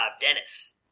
Dennis